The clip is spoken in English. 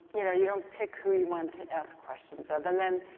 you know, you don't pick who you want to ask questions of. and then,